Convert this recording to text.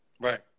Right